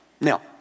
Now